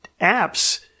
apps